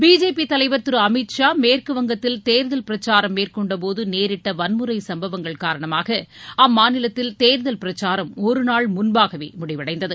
BJP தலைவர் திரு அமித் ஷா மேற்குவங்கத்தில் தேர்தல் பிரச்சாரம் மேற்கொண்டபோது நேரிட்ட வன்முறை சும்பவங்கள் காரணமாக அம்மாநிலத்தில் தேர்தல் பிரச்சாரம் ஒரு நாள் முன்பாகவே முடிவடைந்தது